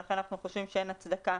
ולכן אנחנו חושבים שאין הצדקה,